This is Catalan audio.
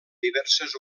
diverses